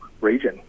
region